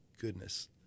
goodness